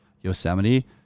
Yosemite